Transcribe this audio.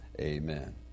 Amen